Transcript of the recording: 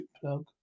plug